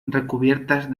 recubiertas